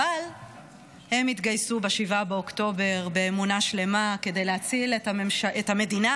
אבל הם התגייסו ב-7 באוקטובר באמונה שלמה כדי להציל את המדינה